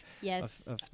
Yes